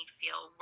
feel